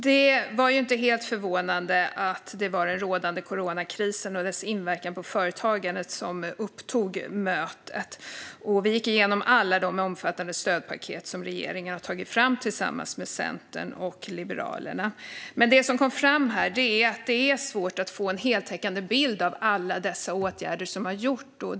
Det var inte helt förvånande att det var den rådande coronakrisen och dess inverkan på företagandet som upptog mötet. Vi gick igenom alla de omfattande stödpaket som regeringen har tagit fram tillsammans med Centern och Liberalerna. Men det som kom fram där är att det är svårt att få en heltäckande bild av alla dessa åtgärder som har genomförts.